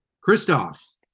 Christoph